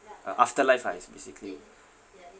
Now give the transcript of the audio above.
uh afterlife ah is basically